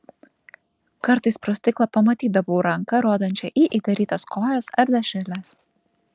kartais pro stiklą pamatydavau ranką rodančią į įdarytas kojas ar dešreles